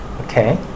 okay